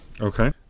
Okay